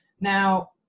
Now